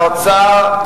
והאוצר.